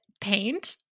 paint